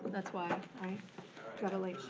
that's why i got a late